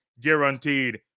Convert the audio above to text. guaranteed